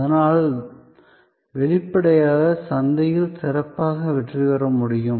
அதனால் வெளிப்படையாக சந்தையில் சிறப்பாக வெற்றி பெற முடியும்